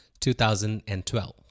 2012